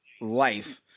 life